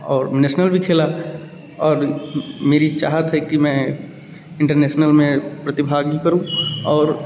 और नेशनल भी खेला और मेरी चाहत है कि मैं इंटरनैसनल में प्रतिभागी करूँ और